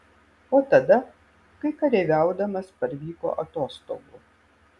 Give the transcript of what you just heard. o tada kai kareiviaudamas parvyko atostogų